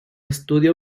estudio